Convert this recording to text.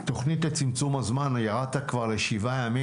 תוכנית לצמצום הזמן: ירדת כבר לשבעה ימים,